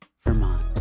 Vermont